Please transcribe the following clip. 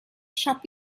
shop